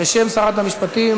בשם שר המשפטים,